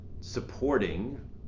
supporting